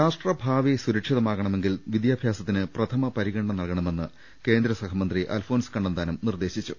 രാഷ്ട്ര ഭാവി സുരക്ഷിതമാകണമെങ്കിൽ വിദ്യാഭ്യാസത്തിന് പ്രഥമ പരിഗണന നൽകണമെന്ന് കേന്ദ്ര സഹമന്ത്രി അൽഫോൻസ് കണ്ണന്താനം നിർദേശിച്ചു